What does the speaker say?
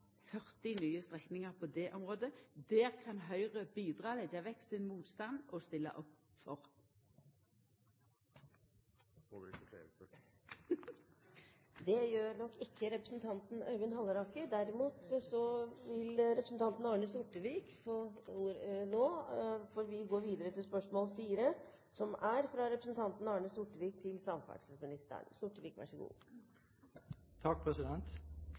40 nye strekningar på det området. Der kan Høgre bidra – leggja vekk sin motstand og stilla opp for det. Jeg får vel ikke flere spørsmål. Det gjør nok representanten Øyvind Halleraker ikke. Derimot vil representanten Arne Sortevik få ordet nå, for vi går videre til spørsmål 4, som er fra representanten Arne Sortevik til samferdselsministeren.